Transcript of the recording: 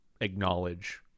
acknowledge